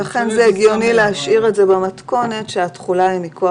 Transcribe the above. לכן זה הגיוני להשאיר את זה במתכונת שהתחולה היא מכוח